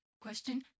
Question